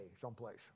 someplace